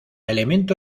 elemento